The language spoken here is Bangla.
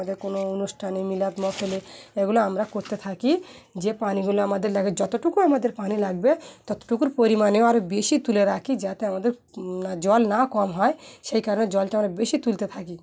আমাদের কোনো অনুষ্ঠানে মিলাদ মসলে এগুলো আমরা করতে থাকি যে পানিগুলো আমাদের লাগে যতটুকু আমাদের পানি লাগবে ততটুকুর পরিমাণেও আরও বেশি তুলে রাখি যাতে আমাদের জল না কম হয় সেই কারণে জলটা আমরা বেশি তুলতে থাকি